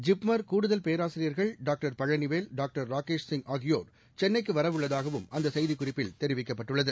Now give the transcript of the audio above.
ஜிப்மர் கூடுதல் பேராசிரியர்கள் doctor Palanivel doctor Rakesh Singh ஆகியோர் சென்னைக்கு வரவுள்ளதாகவும் அந்தசெய்திக்குறிப்பில் தெரிவிக்கப்பட்டுள்ளது